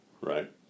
right